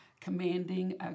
commanding